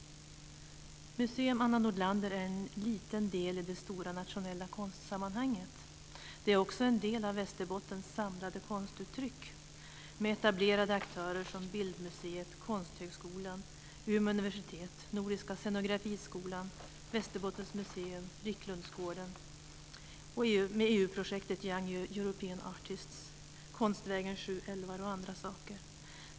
Museum Anna Nordlander är en liten del i det stora, nationella konstsammanhanget. Det är också en del av Västerbottens samlade konstuttryck med etablerade aktörer som Bildmuseet, Konsthögskolan, Älvar och andra saker.